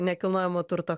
nekilnojamo turto